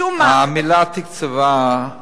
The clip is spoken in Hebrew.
משום מה, המלה "תקצבה"